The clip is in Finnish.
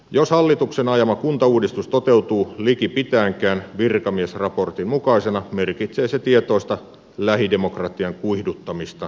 jos hallituksen ajama kuntauudistus toteutuu likipitäenkään virkamiesraportin mukaisena merkitsee se tietoista lähidemokratian kuihduttamista kautta maan